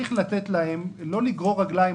צריך לתת להם, לא לגרור רגליים.